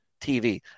TV